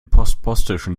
postpostischen